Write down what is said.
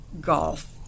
golf